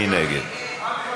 מי נגד?